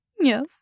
Yes